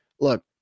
Look